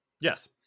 Yes